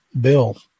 Bill